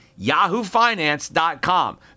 yahoofinance.com